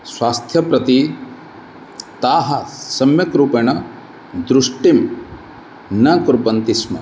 स्वास्थ्यप्रति ताः सम्यक्रूपेण दृष्टिं न कुर्वन्ति स्म